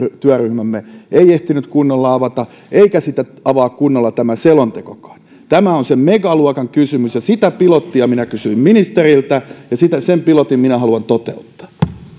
työryhmämme ei ehtinyt kunnolla avata eikä sitä avaa kunnolla tämä selontekokaan tämä on se megaluokan kysymys ja sitä pilottia minä kysyin ministeriltä ja sen pilotin minä haluan toteuttaa